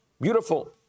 Beautiful